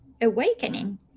awakening